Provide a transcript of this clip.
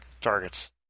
targets